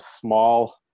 small